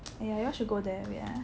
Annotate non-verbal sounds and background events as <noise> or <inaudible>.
<noise> !aiya! you all should go there wait ah